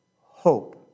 hope